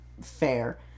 fair